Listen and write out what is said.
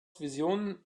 vision